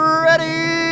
ready